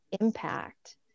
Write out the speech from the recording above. impact